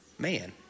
Man